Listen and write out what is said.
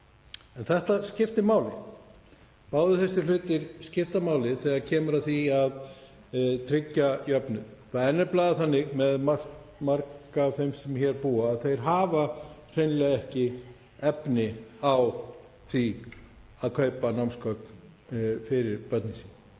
En þetta skiptir máli. Báðir þessir hlutir skipta máli þegar kemur að því að tryggja jöfnuð. Það er nefnilega þannig með marga af þeim sem hér búa að þeir hafa hreinlega ekki efni á því að kaupa námsgögn fyrir börnin